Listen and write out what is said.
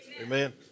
Amen